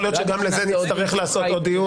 יכול להיות שגם לזה נצטרך לעשות עוד דיון.